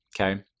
okay